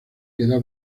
queda